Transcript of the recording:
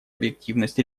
объективность